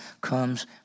comes